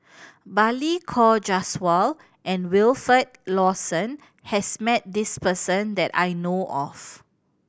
Balli Kaur Jaswal and Wilfed Lawson has met this person that I know of